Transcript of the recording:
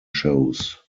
shows